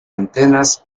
antenas